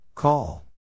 Call